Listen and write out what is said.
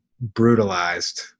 brutalized